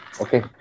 Okay